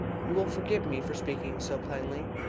you will forgive me for speaking so plainly?